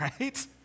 right